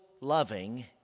loving